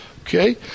Okay